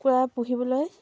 কুকুৰা পুহিবলৈ